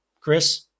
Chris